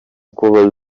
uko